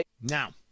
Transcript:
Now